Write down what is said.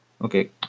okay